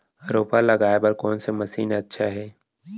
रोपा लगाय बर कोन से मशीन अच्छा हे?